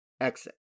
Exit